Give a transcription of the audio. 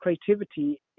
creativity